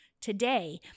Today